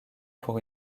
pour